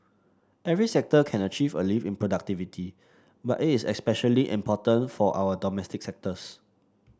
every sector can achieve a lift in productivity but it is especially important for our domestic sectors